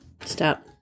Stop